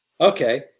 Okay